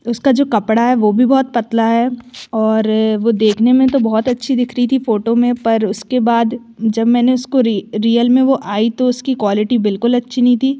उसका जो कपड़ा है वह भी बहुत पतला है और वह देखने में तो बहुत अच्छी दिख रही थी फ़ोटो में पर उसके बाद जब मैंने उसको रियल में वह आई तो उसकी क्वालिटी बिल्कुल अच्छी नहीं थी